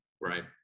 right